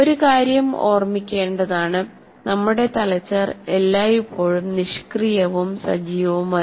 ഒരു കാര്യം ഓർമ്മിക്കേണ്ടതാണ് നമ്മുടെ തലച്ചോർ എല്ലായ്പ്പോഴും നിഷ്ക്രിയവും സജീവവുമല്ല